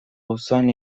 auzoan